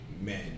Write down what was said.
men